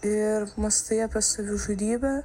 ir mąstai apie savižudybę